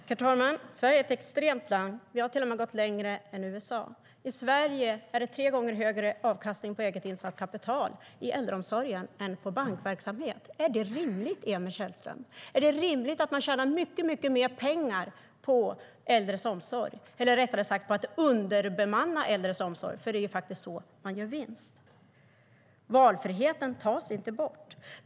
Herr talman! Sverige är ett extremt land. Vi har till och med gått längre än USA. I Sverige är det tre gånger högre avkastning på eget insatt kapital i äldreomsorgen än i bankverksamhet. Är det rimligt, Emil Källström? Är det rimligt att man tjänar mycket mer pengar på att underbemanna äldres omsorg? Det är ju så man gör vinst. Valfriheten tas inte bort.